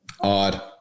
Odd